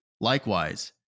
Likewise